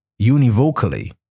univocally